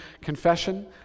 confession